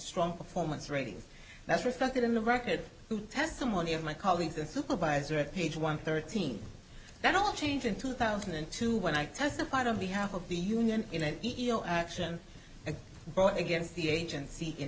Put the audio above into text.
strong performance ratings that's reflected in the record testimony of my colleagues and supervisor at page one thirteen that all changed in two thousand and two when i testified on behalf of the union in an e mail action brought against the agency in